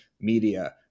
media